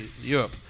Europe